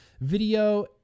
Video